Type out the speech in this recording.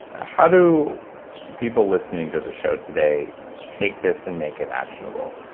how do people listening to the show today take this and make it actionable?